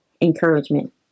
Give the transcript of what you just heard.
encouragement